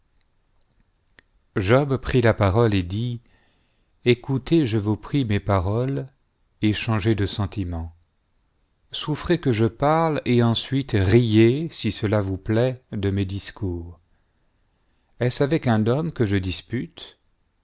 job prit la parole et dit écoutez je vous prie mes paroles et changez de sentiment souffrez que je parle et ensuite riez si cela vous plaît de mes discours est-ce avec un homme que je dispute